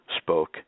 spoke